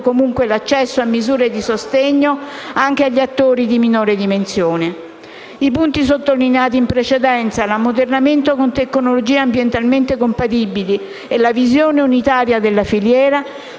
comunque l'accesso a misure di sostegno anche agli attori di minore dimensione. I punti sottolineati in precedenza, l'ammodernamento con tecnologie ambientalmente compatibili e la visione unitaria della filiera